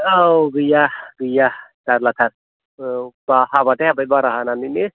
औ गैया गैया जारलाथार औ बा हाबाथाय हाबाय बारा हानानैनो